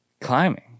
climbing